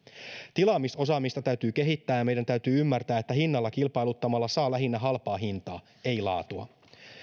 tilaamisosaamista täytyy kehittää ja meidän täytyy ymmärtää että hinnalla kilpailuttamalla saa lähinnä halpaa hintaa ei laatua